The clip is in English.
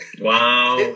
Wow